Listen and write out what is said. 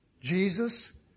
Jesus